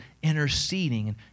interceding